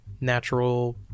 natural